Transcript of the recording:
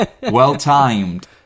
Well-timed